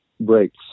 breaks